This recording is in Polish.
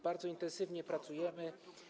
Bardzo intensywnie pracujemy.